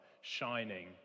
shining